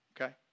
Okay